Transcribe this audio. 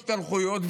השתלחויות,